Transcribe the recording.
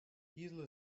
diesel